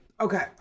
Okay